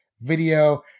video